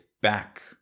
back